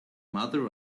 mother